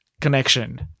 connection